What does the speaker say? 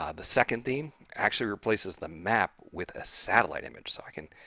um the second theme actually replaces the map with a satellite image. so, i can